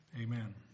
amen